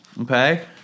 okay